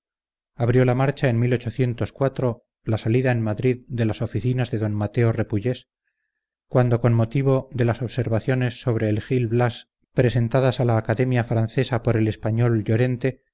abrió la marcha en la salida en madrid de las oficinas de d mateo repullés cuando con motivo de las observaciones sobre el gil blas presentadas a la academia francesa por el español llorente